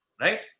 Right